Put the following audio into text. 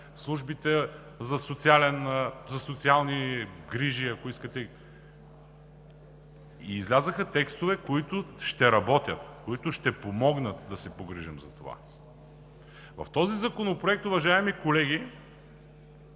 службите за социални грижи. Излязоха текстове, които ще работят, които ще помогнат да се погрижим за това. В този законопроект, уважаеми колеги,